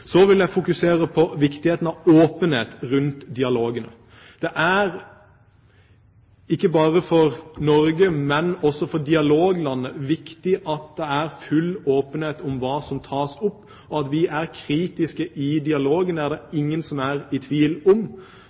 Så vil jeg fokusere på viktigheten av åpenhet rundt dialogene. Det er, ikke bare for Norge, men også for dialoglandene, viktig at det er full åpenhet om hva som tas opp, og at vi er kritiske i dialogene, er det ingen som er i tvil om.